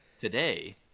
Today